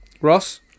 Ross